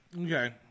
Okay